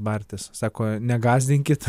bartis sako negąsdinkit